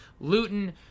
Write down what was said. Luton